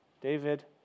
David